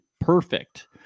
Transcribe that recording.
perfect